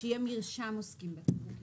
שיהיה מרשם עוסקים בתמרוקים.